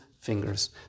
fingers